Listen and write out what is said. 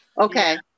Okay